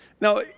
Now